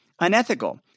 unethical